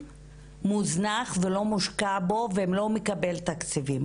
מוזנח ולא מושקע בו ולא מקבל תקציבים,